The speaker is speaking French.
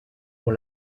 pour